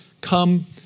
come